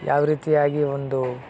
ಯಾವ ರೀತಿಯಾಗಿ ಒಂದು